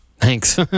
Thanks